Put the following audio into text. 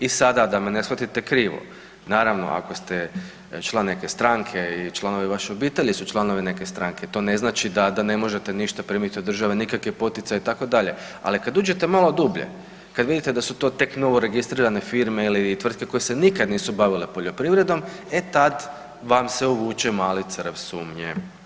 I sada da me ne shvatite krivo, naravno ako ste član neke stranke i članovi vaše obitelji su članovi neke stranke, to ne znači da ne možete ništa primiti od države nikakve poticaje itd., ali kada uđete malo dublje, kad vidite da su to tek novo registrirane firme ili tvrtke koje se nikad nisu bavile poljoprivredom, e tad vam se uvuče mali crv sumnje.